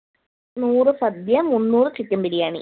നൂറ് സദ്യ മുന്നൂറ് ചിക്കൻ ബിരിയാണി